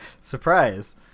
Surprise